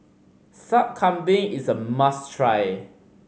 Sup Kambing is a must try